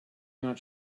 not